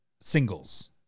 singles